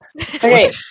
okay